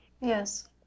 Yes